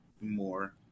More